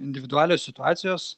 individualios situacijos